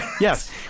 Yes